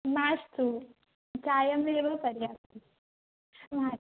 मास्तु चायमेव पर्याप्तं मास्तु